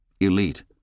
elite